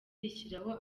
rishyiraho